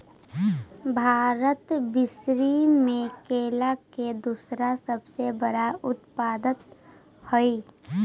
भारत विश्व में केला के दूसरा सबसे बड़ा उत्पादक हई